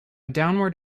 downward